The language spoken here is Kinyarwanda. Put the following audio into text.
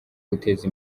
guteza